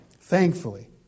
Thankfully